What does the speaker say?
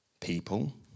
people